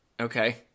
Okay